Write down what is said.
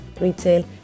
retail